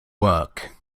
work